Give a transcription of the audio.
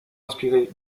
inspiré